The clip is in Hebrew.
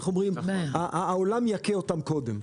איך אומרים: העולם יכה אותם קודם.